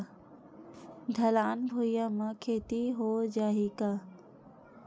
ढलान भुइयां म खेती हो जाही का?